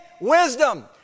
wisdom